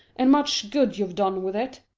and much good you've done with it.